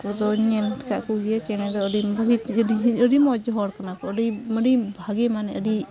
ᱩᱱᱠᱚᱫᱚᱧ ᱧᱮᱞᱟᱠᱟᱫᱠᱚ ᱜᱮᱭᱟᱹᱧ ᱪᱮᱬᱮᱫᱚ ᱟᱹᱰᱤ ᱟᱹᱰᱤᱢᱚᱡᱽ ᱦᱚᱲ ᱠᱟᱱᱟᱠᱚ ᱟᱹᱰᱤ ᱟᱹᱰᱤ ᱵᱷᱟᱜᱮ ᱢᱟᱱᱮ ᱟᱹᱰᱤ